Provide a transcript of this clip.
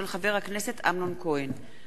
של חבר הכנסת אמנון כהן,